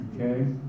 Okay